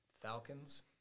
Falcons